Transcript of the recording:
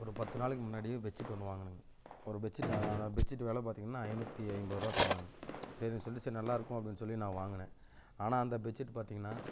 ஒரு பத்து நாளைக்கு முன்னாடி பெட்ஷீட் ஒன்று வாங்கினேன் ஒரு பெட்ஷீட் பெட்ஷீட் வெலை பார்த்திங்கன்னா ஐநூற்றி ஐம்பது ரூபா சொன்னாங்க சரின்னு சொல்லிட்டு சரி நல்லாயிருக்கும் அப்படின்னு சொல்லி நான் வாங்கினேன் ஆனால் அந்த பெட்ஷீட் பார்த்திங்கன்னா